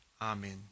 Amen